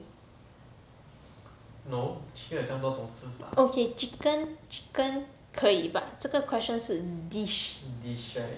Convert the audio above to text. okay chicken chicken 可以 but 这个 question 是 dish